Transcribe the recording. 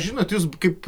žinot jūs kaip